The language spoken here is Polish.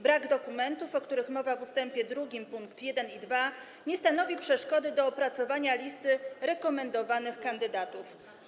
Brak dokumentów, o których mowa w ust. 2 pkt 1 i 2, nie stanowi przeszkody do opracowania listy rekomendowanych kandydatów.